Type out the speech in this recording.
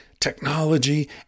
technology